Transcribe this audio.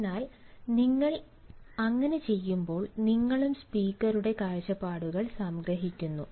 അതിനാൽ നിങ്ങൾ അങ്ങനെ ചെയ്യുമ്പോൾ നിങ്ങളും സ്പീക്കറുടെ കാഴ്ചപ്പാടുകൾ സംഗ്രഹിക്കുന്നു